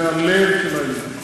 זה הלב של העניין.